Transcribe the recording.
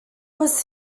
was